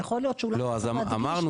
אמרנו